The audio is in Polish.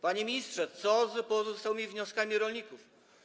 Panie ministrze, co z pozostałymi wnioskami rolników?